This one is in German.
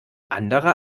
anderer